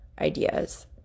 ideas